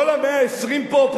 כל ה-120 פה,